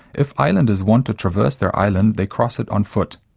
if islanders want to traverse their island they cross it on foot,